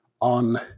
on